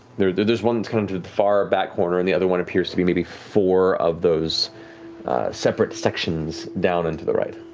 there's there's one that's kind of to the far back corner and the other one appears to be maybe four of those separate sections down and to the right.